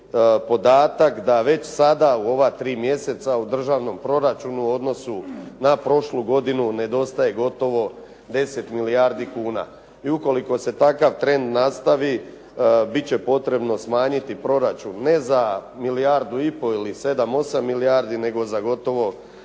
da već sada u ova tri mjeseca u državnom proračunu u odnosu na prošlu godinu nedostaje gotovo 10 milijardi kuna. I ukoliko se takav trend nastavi bit će potrebno smanjiti proračun ne za milijardu i pol ili sedam, osam milijardi nego za gotovo